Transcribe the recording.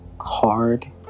hard